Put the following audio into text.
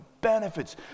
benefits